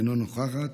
אינה נוכחת.